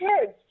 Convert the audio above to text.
kids